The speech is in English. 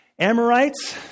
Amorites